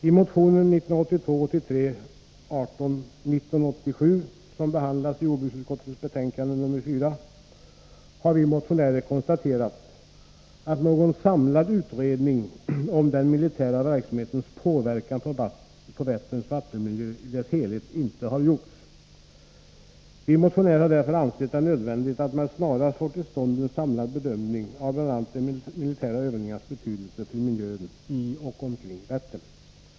I motionen 1982/83:1987, som behandlas i jordbruksutskottets betänkande nr 4, har vi motionärer konstaterat att någon samlad utredning om hur den militära verksamheten påverkar Vätterns vattenmiljö i dess helhet inte har gjorts. Vi motionärer har därför ansett det nödvändigt att man snarast får till stånd en samlad bedömning av bl.a. de militära övningarnas betydelse för miljön i och omkring Vättern.